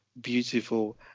beautiful